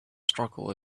struggle